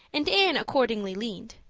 and anne accordingly leaned.